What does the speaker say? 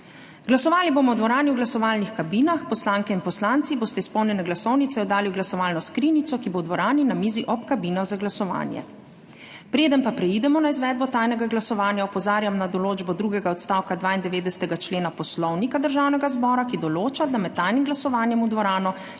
Glasovali bomo v dvorani v glasovalnih kabinah. Poslanke in poslanci boste izpolnjene glasovnice oddali v glasovalno skrinjico, ki bo v dvorani na mizi ob kabinah za glasovanje. Preden preidemo na izvedbo tajnega glasovanja, opozarjam na določbo drugega odstavka 92. člena Poslovnika Državnega zbora, ki določa, da med tajnim glasovanjem v dvorano